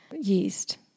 yeast